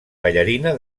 ballarina